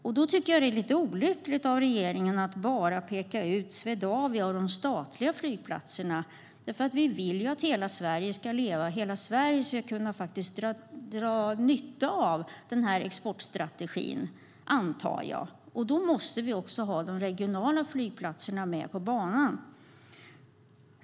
Jag tycker att det är lite olyckligt av regeringen att bara peka ut Swedavia och de statliga flygplatserna. Vi vill ju att hela Sverige ska leva och kunna dra nytta av exportstrategin. Då måste vi också ha de regionala flygplatserna med.